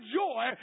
joy